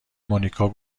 مونیکا